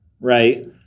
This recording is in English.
Right